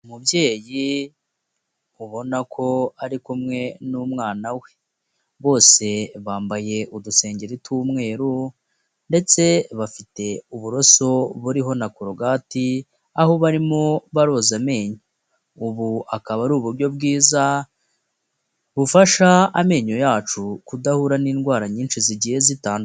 Umubyeyi ubona ko ari kumwe n'umwana we bose bambaye udusengero tw'umweru ndetse bafite uburoso buriho na corogati aho barimo baroza amenyo, ubu akaba ari uburyo bwiza bufasha amenyo yacu kudahura n'indwara nyinshi zigiye zitandu.